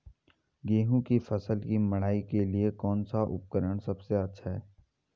गेहूँ की फसल की मड़ाई के लिए कौन सा उपकरण सबसे अच्छा है?